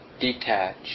detach